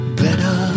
better